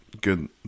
Good